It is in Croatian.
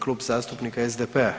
Klub zastupnika SDP-a.